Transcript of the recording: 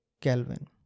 Kelvin